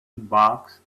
box